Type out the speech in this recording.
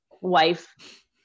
wife